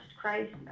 christ